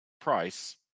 Price